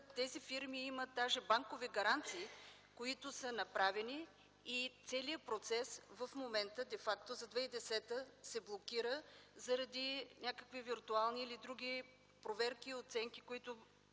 тези фирми имат даже банкови гаранции, които са направени, и целият процес за 2010 г. в момента де факто се блокира заради някакви виртуални или други проверки и оценки, които